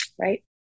right